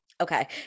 Okay